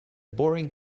boring